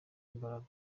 imbaraga